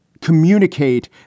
communicate